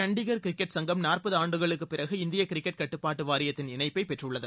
Chandigarh cricket சங்கம் நாற்பது ஆண்டுகளுக்கு பிறகு இந்திய கிரிக்கெட் கட்டுப்பாட்டு வாரியத்தின் இணைப்பை பெற்றள்ளது